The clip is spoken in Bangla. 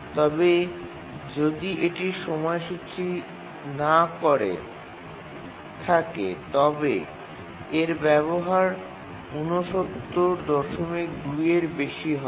তবে যদি এটি সময়সূচী না করে থাকে তবে এর ব্যবহার ৬৯২ এর বেশি হবে